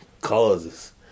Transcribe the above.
causes